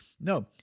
No